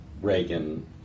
Reagan